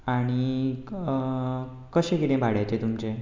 आनीक कशें कितें भाड्याचे तुमचें